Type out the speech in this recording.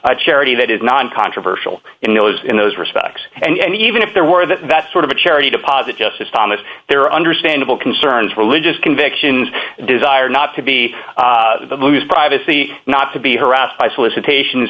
a charity that is non controversial in those in those respects and even if there were that that sort of a charity deposit justice thomas there are understandable concerns religious convictions desire not to be loose privacy not to be harassed by solicitations